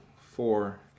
Four